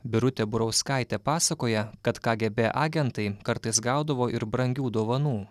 birutė burauskaitė pasakoja kad kgb agentai kartais gaudavo ir brangių dovanų